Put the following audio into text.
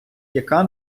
яка